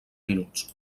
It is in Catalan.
minuts